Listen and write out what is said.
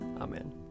Amen